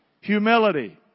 Humility